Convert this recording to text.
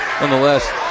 nonetheless